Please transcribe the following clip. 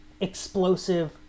explosive